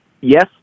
Yes